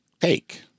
take